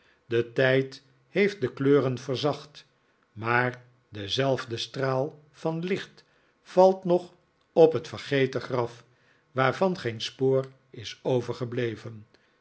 de tijd heeft de kleuren verzacht maar dezelfde straal van licht valt nog op het vergeten graf waarvan geen spoor is overgebleven